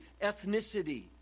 ethnicity